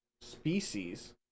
species